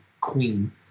queen